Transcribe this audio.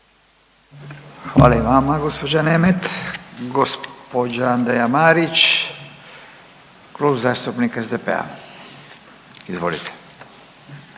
Hvala i vama gospođa Nemet. Gospođa Andreja Marić, Klub zastupnika SDP-a. Izvolite.